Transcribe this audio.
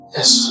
Yes